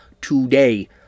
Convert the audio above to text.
today